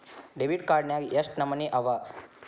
Debit card ನ್ಯಾಗ್ ಯೆಷ್ಟ್ ನಮನಿ ಅವ?